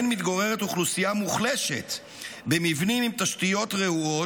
שבהן מתגוררת אוכלוסייה מוחלשת במבנים עם תשתיות רעועות,